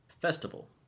Festival